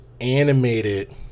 animated